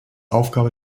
aufgabe